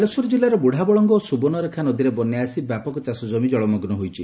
ବାଲେଶ୍ୱର ଜିଲ୍ଲାର ବୁଢାବଳଙ୍ଗ ଓ ସୁବର୍ଷ୍ଡରେଖା ନଦୀରେ ବନ୍ୟା ଆସି ବ୍ୟାପକ ଚାଷ କମିରେ କଳମଗୁ ହୋଇଛି